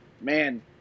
man